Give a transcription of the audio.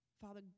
Father